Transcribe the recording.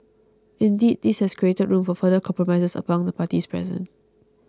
indeed this has created room for further compromises amongst the parties present